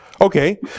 Okay